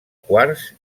quars